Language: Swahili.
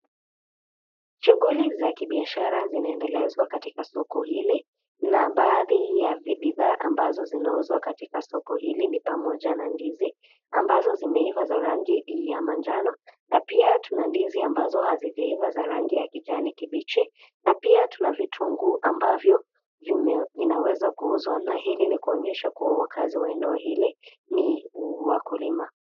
Shuguli za kibiashara zinaendelezwa katika soko hili, na baadhi ya bidha ambazo zinauzwa katika soko hili ni pamoja na ndizi, ambazo zimeiva za rangi ya manjano, na pia tuana ndizi ambazo hazijaiva za rangi ya kijani kibichi, na pia tuna vitunguu ambavyo, vime, vinaweza kuuzwa na hili ni kuonyesha kuwa wakaazi wa eneo hili, ni, wakulima.